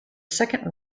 second